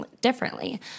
differently